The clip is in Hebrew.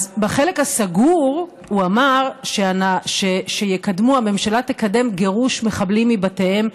אז בחלק הסגור הוא אמר שהממשלה תקדם גירוש של מחבלים מבתיהם,